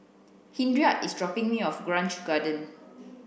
Henriette is dropping me off at Grange Garden